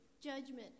Judgment